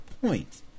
point